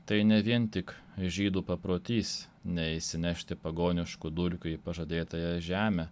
tai ne vien tik žydų paprotys neįsinešti pagoniškų dulkių į pažadėtąją žemę